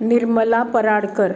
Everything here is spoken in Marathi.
निर्मला पराडकर